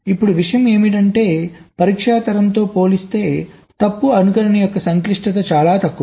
ఇప్పుడు విషయం ఏమిటంటే పరీక్ష తరం తో పోలిస్తే తప్పు అనుకరణ యొక్క సంక్లిష్టత చాలా తక్కువ